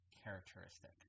characteristic